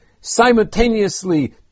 simultaneously